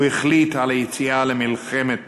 הוא החליט על היציאה למלחמת